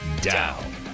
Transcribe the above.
down